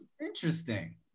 Interesting